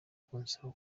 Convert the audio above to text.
kunsaba